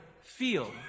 feel